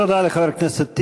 תודה לחבר הכנסת טיבי.